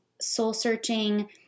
soul-searching